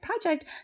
project